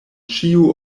ĉiu